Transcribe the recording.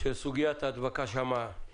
שסוגיית ההדבקה שם כמעט